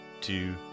two